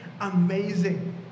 amazing